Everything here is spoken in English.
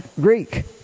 Greek